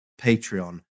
Patreon